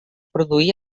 produí